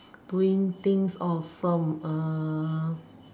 doing things often err